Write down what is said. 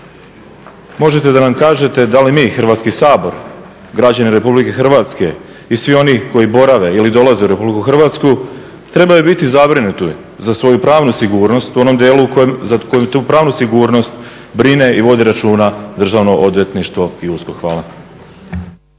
možete reći da li mi Hrvatski sabor, građani RH i svi oni koji borave ili dolaze u RH trebaju biti zabrinuti za svoju pravnu sigurnost u onom dijelu za koju tu pravnu sigurnost brine i vodi računa Državno odvjetništvo i USKOK? Hvala.